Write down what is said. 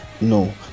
no